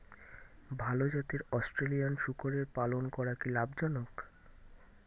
ভাল জাতের অস্ট্রেলিয়ান শূকরের পালন করা কী লাভ জনক?